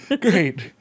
Great